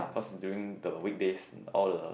cause during the weekdays all the